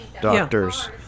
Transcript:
doctors